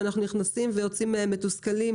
שאנחנו נכנסים ויוצאים מתוסכלים,